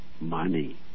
Money